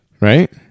right